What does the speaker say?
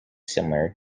similar